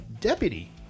deputy